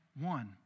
one